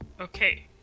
Okay